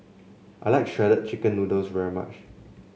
I like Shredded Chicken Noodles very much